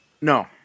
no